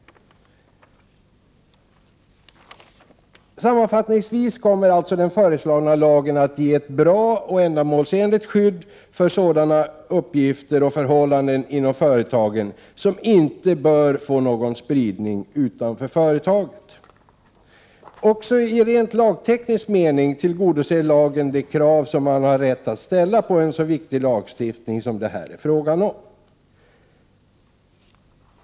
Sammanfattningsvis kommer alltså den föreslagna lagen att ge ett bra och ändamålsenligt skydd för sådana uppgifter och förhållanden inom företagen som inte bör få någon spridning utanför företaget. Också i rent lagteknisk mening tillgodoser lagen de krav man har rätt att ställa på en så viktig lagstiftning som det här är fråga om.